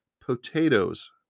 potatoes